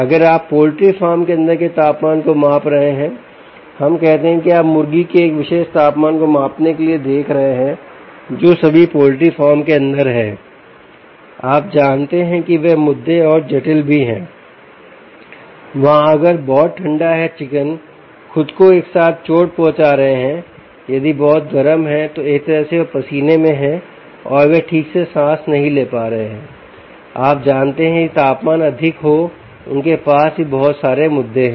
अगर आप poultry farm के अंदर के तापमान को माप रहे हैं हम कहते हैं कि आप मुर्गी के एक विशेष तापमान को मापने के लिए देख रहे हैं जो सभी पोल्ट्री फार्म के अंदर हैं आप जानते हैं कि वे मुद्दे और भी जटिल हैं वहां अगर बहुत ठंडा है चिकन खुद को एक साथ चोट पहुंचा रहे हैं यदि बहुत गर्म है तो एक तरह से वे पसीने में हैं और वे ठीक से सांस नहीं ले पा रहे हैं आप जानते हैं यदि तापमान अधिक हो उनके पास भी बहुत सारे मुद्दे हैं